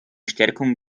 stärkung